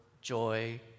joy